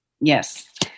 Yes